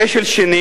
הכשל הראשון,